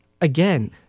Again